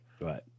Right